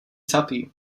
tuppy